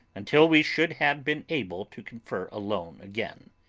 until we should have been able to confer alone again.